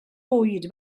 fwyd